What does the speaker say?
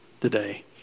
today